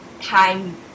time